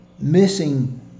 missing